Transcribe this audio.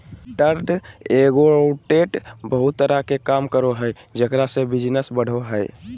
chartered accountant बहुत तरह के काम करो हइ जेकरा से बिजनस बढ़ो हइ